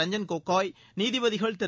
ரஞ்சன் கோகோய் நீதிபதிகள் திரு